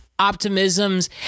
optimisms